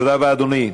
תודה רבה, אדוני.